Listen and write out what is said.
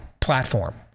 platform